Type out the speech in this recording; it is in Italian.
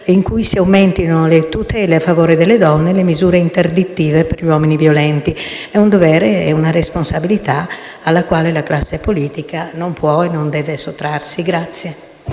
in cui si aumentino le tutele a favore delle donne e le misure interdittive per gli uomini violenti. È un dovere e una responsabilità alla quale la classe politica non può e non deve sottrarsi. **Per